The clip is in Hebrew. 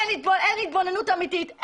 אין התבוננות אמתית,